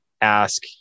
ask